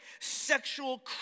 sexual